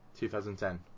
2010